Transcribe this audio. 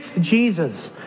Jesus